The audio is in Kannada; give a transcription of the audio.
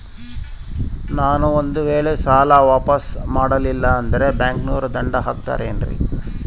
ನಾನು ಒಂದು ವೇಳೆ ಸಾಲ ವಾಪಾಸ್ಸು ಮಾಡಲಿಲ್ಲಂದ್ರೆ ಬ್ಯಾಂಕನೋರು ದಂಡ ಹಾಕತ್ತಾರೇನ್ರಿ?